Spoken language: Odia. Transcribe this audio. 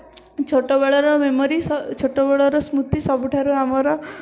ଛୋଟ ବେଳର ମେମୋରୀ ଛୋଟ ବେଳର ସ୍ମୃତି ସବୁଠାରୁ ଆମର